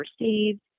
received